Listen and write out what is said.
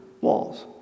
walls